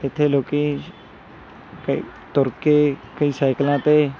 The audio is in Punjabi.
ਇੱਥੇ ਲੋਕ ਕਈ ਤੁਰ ਕੇ ਕਈ ਸਾਈਕਲਾਂ 'ਤੇ